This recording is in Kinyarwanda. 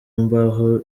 imbaho